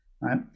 Right